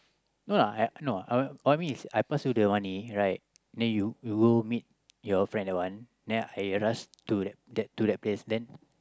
no lah I no I what I mean is I pass you the money right then you you go meet with your friend that one then I rush to that place then